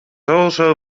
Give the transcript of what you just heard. also